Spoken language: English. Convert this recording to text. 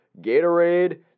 Gatorade